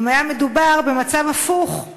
אם היה מדובר במצב הפוך,